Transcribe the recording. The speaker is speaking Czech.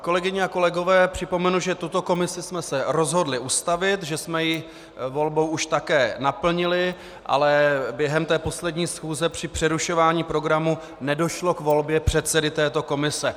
Kolegyně a kolegové, připomenu, že tuto komisi jsme se rozhodli ustavit, že jsme ji volbou už také naplnili, ale během poslední schůze při přerušování programu nedošlo k volbě předsedy této komise.